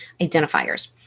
identifiers